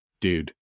dude